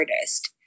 artist